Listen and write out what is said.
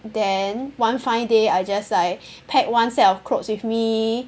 then one fine day I just like pack one set of clothes with me